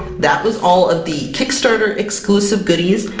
that was all of the kickstarter exclusive goodies,